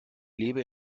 lebe